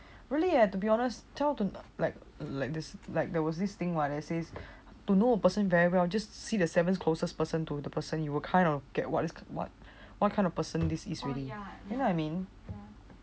really eh to be honest 超尊的 like like this like there was this thing [what] that says to know a person very well just see the seventh closest person to the person you will kind of get what is what what kind of person this is really you know what I mean